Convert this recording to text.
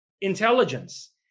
intelligence